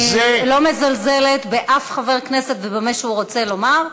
אני לא מזלזלת באף חבר כנסת ובמה שהוא רוצה לומר.